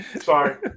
Sorry